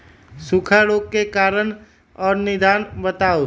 सूखा रोग के कारण और निदान बताऊ?